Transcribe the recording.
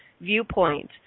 viewpoint